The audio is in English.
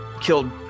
killed